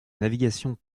navigation